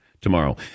tomorrow